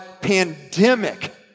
pandemic